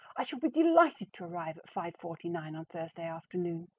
i shall be delighted to arrive at five forty nine on thursday afternoon.